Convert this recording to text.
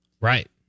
Right